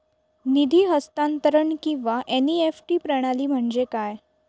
निधी हस्तांतरण किंवा एन.ई.एफ.टी प्रणाली म्हणजे काय?